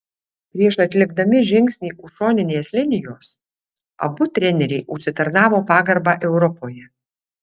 prieš atlikdami žingsnį už šoninės linijos abu treneriai užsitarnavo pagarbą europoje